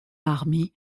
army